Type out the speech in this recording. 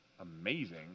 amazing